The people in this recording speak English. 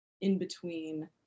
in-between